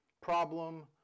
problem